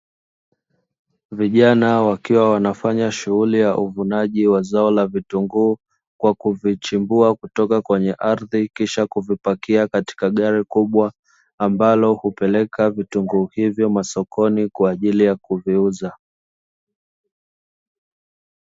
Vijana wakiwa wanafanya shughuli ya uvunaji wa zao la vitunguu kwa kuvichimbua kutoka kwenye ardhi, kisha kuvipakia kwenye gari kubwa ambalo hupeleka vitunguu hivyo masokoni kwa ajili ya kuviuza.